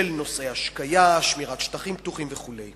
של נושאי השקיה, שמירת שטחים פתוחים וכו'.